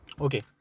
Okay